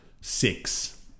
Six